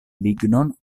lignon